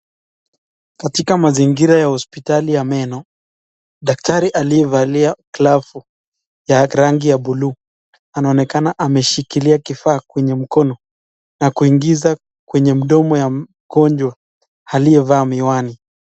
Katika mazingira ya hospitali ya meno, daktari aliyevalia glavu, ya rangi ya buluu, anaonekana ameshikilia kifaa kwenye mkono, na kuingiza kwa mdomo ya mgonjwa aliyevaa miwani.